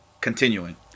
continuing